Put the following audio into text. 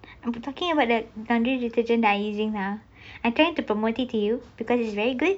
I'm talking about the laundry detergent that I using now and trying to promote it to you because it's very good